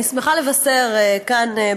אני שמחה לבשר כאן,